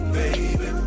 baby